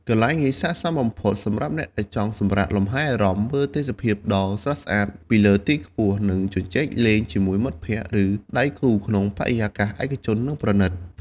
កន្លែងនេះស័ក្តិសមបំផុតសម្រាប់អ្នកដែលចង់សម្រាកលម្ហែអារម្មណ៍ មើលទេសភាពដ៏ស្រស់ស្អាតពីលើទីខ្ពស់ និងជជែកលេងជាមួយមិត្តភក្តិ ឬដៃគូក្នុងបរិយាកាសឯកជន និងប្រណីត។